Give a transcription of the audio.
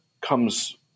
comes